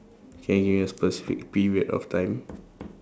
can you give me a specific period of time